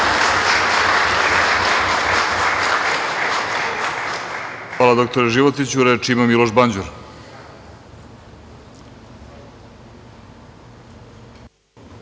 Hvala dr Životiću. Reč ima Miloš Banđur.